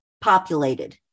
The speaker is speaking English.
populated